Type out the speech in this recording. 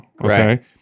Right